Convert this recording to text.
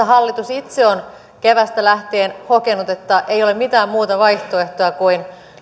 hallitus itse on keväästä lähtien hokenut että ei ole mitään muuta vaihtoehtoa kuin